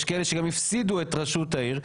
יש כאלה שגם הפסידו את ראשות העיר,